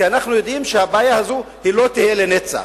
כי אנחנו יודעים שהבעיה הזאת לא תהיה לנצח.